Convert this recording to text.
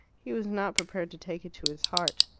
he was not prepared to take it to his heart.